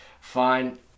Fine